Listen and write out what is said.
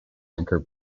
anchor